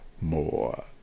more